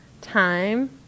time